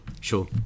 Sure